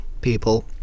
people